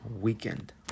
weekend